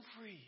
free